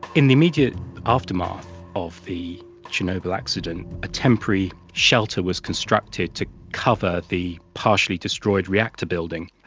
in the immediate aftermath of the chernobyl accident, a temporary shelter was constructed to cover the partially destroyed reactor building,